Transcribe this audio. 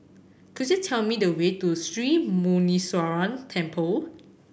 could you tell me the way to Sri Muneeswaran Temple